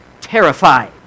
terrified